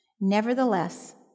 nevertheless